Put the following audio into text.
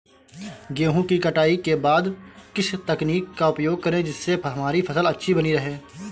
गेहूँ की कटाई के बाद किस तकनीक का उपयोग करें जिससे हमारी फसल अच्छी बनी रहे?